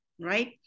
right